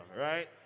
right